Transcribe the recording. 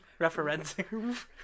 Referencing